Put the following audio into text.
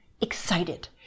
excited